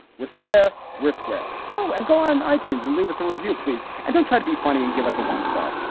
we're square. we're square. oh, and go on nineteens and leave us to review, please. and don't try to be funny and give us a one star.